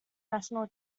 national